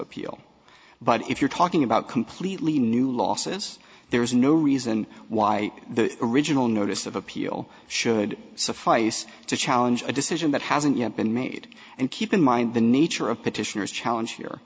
appeal but if you're talking about completely new losses there is no reason why the original notice of appeal should suffice to challenge a decision that hasn't yet been made and keep in mind the nature of petitioners challenge here